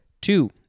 two